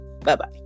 bye-bye